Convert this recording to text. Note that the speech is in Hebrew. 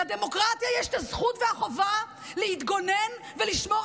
לדמוקרטיה יש הזכות והחובה להתגונן ולשמור